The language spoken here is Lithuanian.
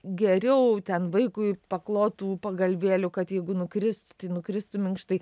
geriau ten vaikui paklotų pagalvėlių kad jeigu nukristų tai nukristi minkštai